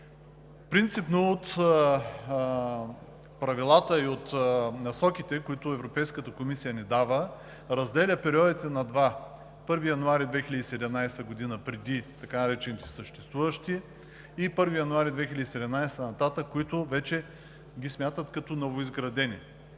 Принципно от правилата и от насоките, които Европейската комисия ни дава, разделя периодите на два: до 1 януари 2017 г., така наречените „съществуващи“, и от 1 януари 2017 г. нататък, които ги смятат като новоизградени.